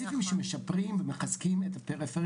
וכאן באמת אני רוצה להודות גם לאורית ארז,